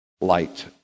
light